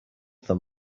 them